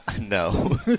No